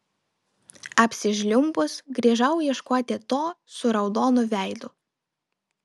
apsižliumbus grįžau ieškoti to su raudonu veidu